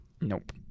Nope